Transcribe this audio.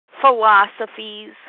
philosophies